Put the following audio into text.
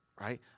right